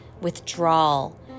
withdrawal